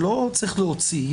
לא צריך להוציא,